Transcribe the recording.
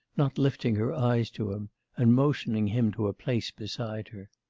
not lifting her eyes to him and motioning him to a place beside her.